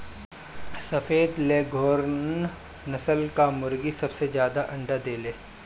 सफ़ेद लेघोर्न नस्ल कअ मुर्गी सबसे ज्यादा अंडा देले